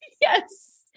Yes